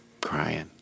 crying